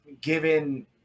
given